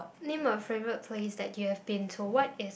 name a favourite place that you have been to what is